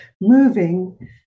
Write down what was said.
moving